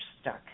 stuck